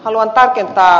haluan tarkentaa